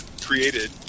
created